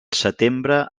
setembre